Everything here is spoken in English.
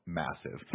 massive